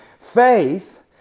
faith